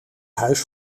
huis